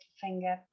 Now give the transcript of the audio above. finger